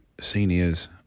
Seniors